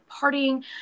partying